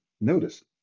notice